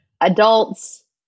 adults